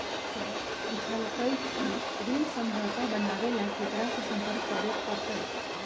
पूजा पूछल कई की ऋण समझौता बनावे ला केकरा से संपर्क करे पर तय?